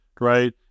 right